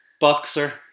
boxer